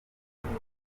nubwo